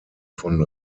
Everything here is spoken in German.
von